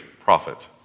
prophet